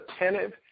attentive